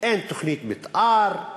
אין תוכנית מתאר,